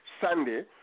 Sunday